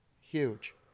Huge